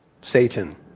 Satan